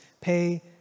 Pay